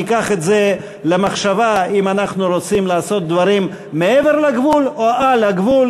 ניקח את זה ונחשוב אם אנחנו רוצים לעשות דברים מעבר לגבול או על הגבול,